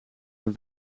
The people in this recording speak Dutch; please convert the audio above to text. hem